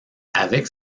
avec